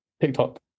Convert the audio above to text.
TikTok